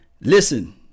Listen